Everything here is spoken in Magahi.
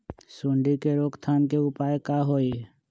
सूंडी के रोक थाम के उपाय का होई?